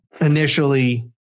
initially